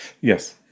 Yes